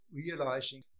realizing